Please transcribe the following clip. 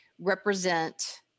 represent